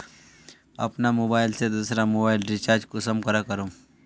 अपना मोबाईल से दुसरा मोबाईल रिचार्ज कुंसम करे करूम?